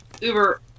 uber